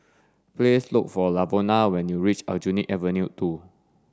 please look for Lavona when you reach Aljunied Avenue two